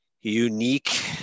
unique